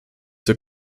zur